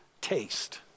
taste